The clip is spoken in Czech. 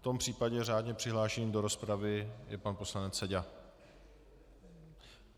V tom případě řádně přihlášený do rozpravy je pan poslanec Seďa,